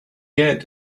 yet